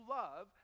love